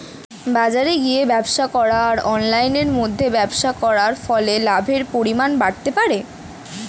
বাজারে গিয়ে ব্যবসা করা আর অনলাইনের মধ্যে ব্যবসা করার ফলে লাভের পরিমাণ বাড়তে পারে?